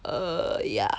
err yeah